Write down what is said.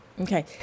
Okay